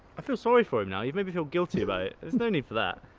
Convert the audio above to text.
i feel sorry for him now, you've made me feel guilty about it. there's no need for that!